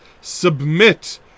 submit